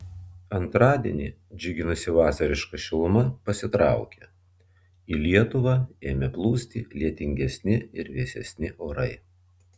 antradienį džiuginusi vasariška šiluma pasitraukė į lietuvą ėmė plūsti lietingesni ir vėsesni orai